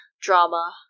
drama